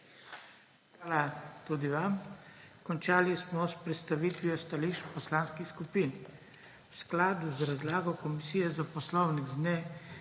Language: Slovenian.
Hvala tudi vam. Končali smo s predstavitvijo stališč poslanskih skupin. V skladu z razlago Komisije za poslovnik z dne